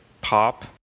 pop